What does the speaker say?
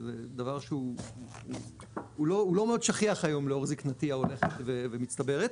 שזה דבר שהוא לא מאוד שכיח היום לאור זקנתי ההולכת ומצטברת,